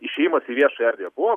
išėjimas į viešą erdvę buvo